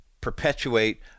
perpetuate